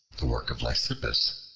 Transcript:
the work of lysippus,